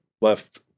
left